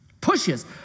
Pushes